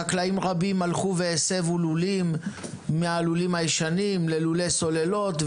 חקלאים רבים הלכו והסבו לולים מהלולים הישנים ללולי סוללות,